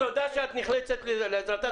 תודה שאת נחלצת לעזרתה.